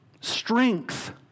strength